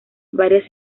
varias